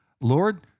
Lord